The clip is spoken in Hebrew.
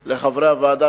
על חברי הוועדה,